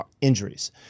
injuries